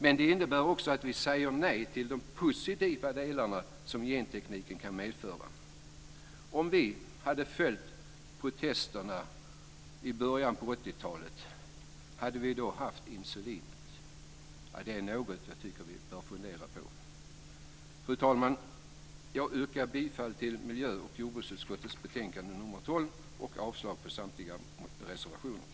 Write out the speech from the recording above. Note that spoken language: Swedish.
Men det innebär också att vi säger nej till de positiva delar som gentekniken kan medföra. Om vi hade följt protesterna i början av 80-talet, hade vi då haft insulinet? Detta är något som jag tycker att vi bör fundera på. Fru talman! Jag yrkar bifall till miljö och jordbruksutskottets hemställan i betänkande nr 12 och avslag på samtliga reservationer.